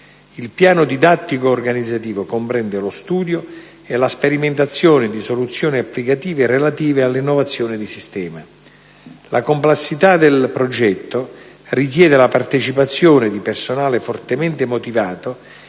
Il piano didattico-organizzativo comprende lo studio e la sperimentazione di soluzioni applicative relative alle innovazioni di sistema. La complessità del progetto richiede la partecipazione di personale fortemente motivato,